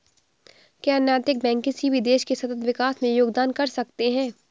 क्या नैतिक बैंक किसी भी देश के सतत विकास में योगदान कर सकते हैं?